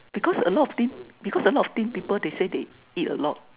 because a lot of thing because a lot of thing people they say they eat a lot